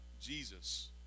Jesus